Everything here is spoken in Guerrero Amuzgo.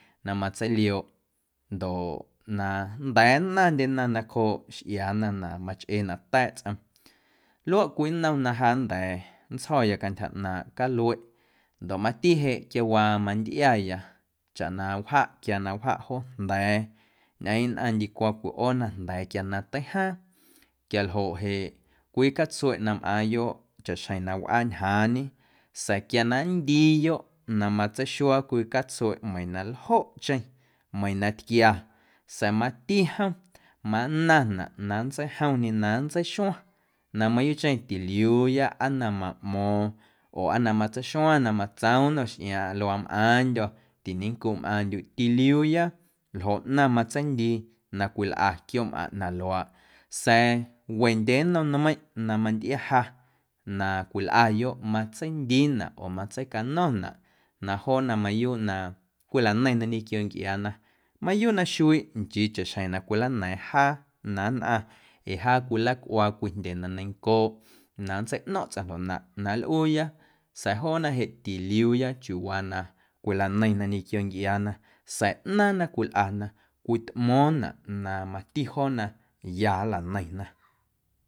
Na matseiliooꞌ ndoꞌ na nnda̱a̱ nnaⁿndyena nacjooꞌ xꞌiaana na machꞌee na ta̱a̱ꞌ tsꞌom luaꞌ cwii nnom na ja nnda̱a̱ nntsjo̱ya cantyja ꞌnaaⁿꞌ calueꞌ ndoꞌ mati jeꞌ quiawaa mantꞌiaya chaꞌ na wjaꞌ quia na wjaꞌ joojnda̱a̱ ñꞌeeⁿ nnꞌaⁿ ndicwa cwiꞌoona jnda̱a̱ quia na teijaaⁿ quialjoꞌ jeꞌ cwii catsueꞌ na mꞌaaⁿyoꞌ chaꞌxjeⁿ na wꞌaa ñjaaⁿñe sa̱a̱ quia na nndiiyoꞌ na matseixuaa cwii catsueꞌ meiiⁿ na ljoꞌcheⁿ meiiⁿ na tquia sa̱a̱ mati jom mannaⁿnaꞌ na nntseijomñe na nntseixuaⁿ na mayuuꞌcheⁿ tiliuuya aa na maꞌmo̱o̱ⁿ oo na matseixuaⁿ na matsoom nnom xꞌiaaⁿꞌaⁿ luaa mꞌaaⁿndyo̱ tiñencuꞌ mꞌaaⁿndyuꞌ tiliuuya ljoꞌ ꞌnaⁿ matseindii na cwilꞌa quiooꞌmꞌaⁿꞌ na luaaꞌ sa̱a̱ wendyee nnom nmeiⁿꞌ na mantꞌia ja na cwilꞌayoꞌ matsindiinaꞌ oo matseicano̱naꞌ na joona mayuuꞌ na cwilaneiⁿna ñequio ncꞌiaana mayuuꞌ na xuiiꞌ nchii chaꞌxjeⁿ na cwilana̱a̱ⁿ jaa na nnꞌaⁿ ee jaa cwilacꞌuaa cwii jndye na neiⁿncooꞌ na nntseiꞌno̱ⁿꞌ tsꞌaⁿ ljoꞌnaꞌ na nlꞌuuya sa̱a̱ joona jeꞌ tiliuuya chiuuwaa na cwilaneiⁿna ñequio ncꞌiaana sa̱a̱ ꞌnaaⁿ na cwilꞌana cwitꞌmo̱o̱ⁿnaꞌ na mati joona ya nlaneiⁿna.